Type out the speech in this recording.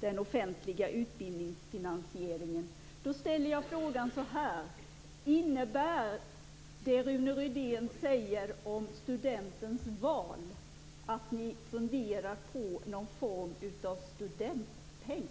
den offentliga utbildningsfinansieringen. Jag ställer frågan så här: Innebär det Rune Rydén säger om studentens val att ni funderar på någon form av studentpeng?